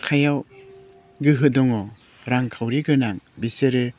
आखायाव गोहो दङ रांखावरि गोनां बिसोरो